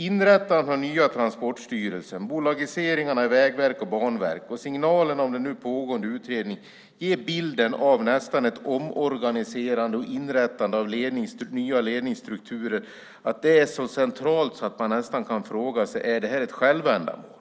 Inrättandet av den nya Transportstyrelsen, bolagiseringarna i Vägverket och Banverket och signalerna om den nu pågående utredningen ger bilden av att omorganiserandet och inrättandet av nya ledningsstrukturer är så centralt att man nästan kan fråga sig: Är det här ett självändamål?